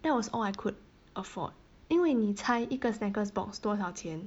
that was all I could afford 因为你猜一个 snackers box 多少钱